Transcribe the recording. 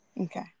Okay